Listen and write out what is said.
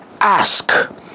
ask